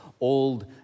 old